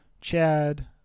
Chad